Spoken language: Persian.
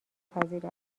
پذیر